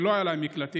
שלא היו להם מקלטים.